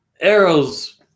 Arrow's